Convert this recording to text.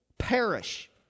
Perish